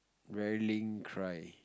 rarely cry